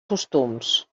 costums